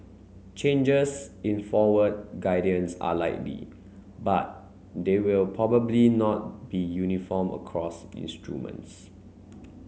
changes in forward guidance are likely but they will probably not be uniform across instruments